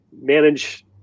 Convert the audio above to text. manage